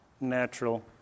natural